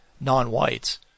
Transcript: non-whites